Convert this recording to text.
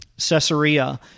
Caesarea